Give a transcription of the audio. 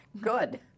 good